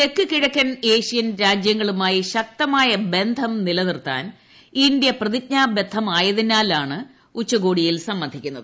തെക്ക് കിഴക്കൻ ഏഷ്യൻ രാജ്യങ്ങളുമായി ശക്തമായ ബന്ധം നിലനിർത്താൻ ഇന്ത്യ പ്രതിജ്ഞാബദ്ധമായതിനാലാണ് ഉച്ചകോടിയിൽ സംബന്ധിക്കുന്നത്